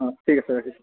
অ' ঠিক আছে ৰাখিছোঁ